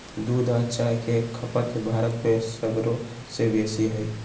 दूध आ चाह के खपत भारत में सगरो से बेशी हइ